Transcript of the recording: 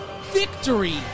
victory